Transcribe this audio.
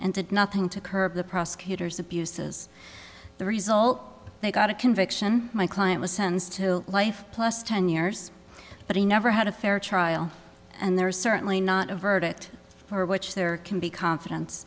and did nothing to curb the prosecutor's abuses the result they got a conviction my client was sentenced to life plus ten years but he never had a fair trial and there was certainly not a verdict for which there can be confidence